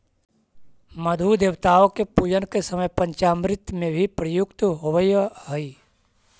मधु देवताओं के पूजन के समय पंचामृत में भी प्रयुक्त होवअ हई